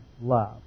love